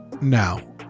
Now